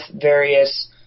various